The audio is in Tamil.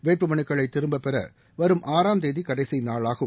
வேட்பு மனுக்களை திரும்ப பெற வரும் ஆறாம் தேதி கடைசி நாளாகும்